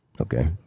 Okay